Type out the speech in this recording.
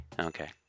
okay